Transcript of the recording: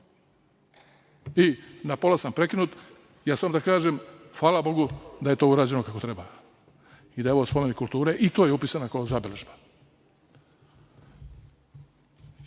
Na pola sam prekinut, samo da kažem, hvala bogu da je to urađeno kako treba i da je ovo spomenik kulture i to je upisano kao zabeležba. Znači,